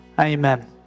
Amen